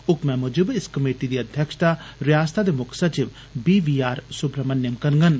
हुक्मै मुजब इस कमेटी दी अध्यक्षता रयासतै दे मुक्ख सचिव बी वी आर सुब्रमनियम करगंन